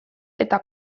eta